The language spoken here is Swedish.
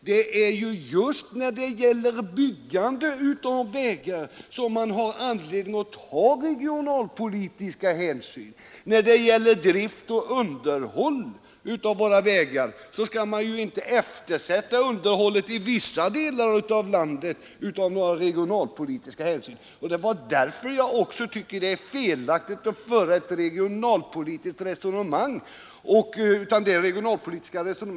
Det är ju just när det gäller byggande av vägar som man har anledning att ta regionalpolitiska hänsyn. När det gäller drift och underhåll av våra vägar har man det däremot inte i samma utsträckning; man skall ju inte av några regionalpolitiska hänsyn eftersätta vägunderhållet i vissa delar av landet. Därför tycker jag att det är felaktigt att föra ett regionalpolitiskt resonemang på den punkten.